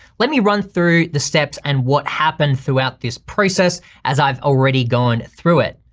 let me run through the steps and what happened throughout this process as i've already gone through it.